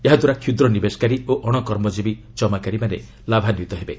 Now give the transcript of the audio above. ଏହାଦ୍ୱାରା କ୍ଷୁଦ୍ର ନିବେଶକାରୀ ଓ ଅଣ କର୍ମକୀବୀ ଜମାକାରୀମାନେ ଲାଭାନ୍ୱିତ ହେବେ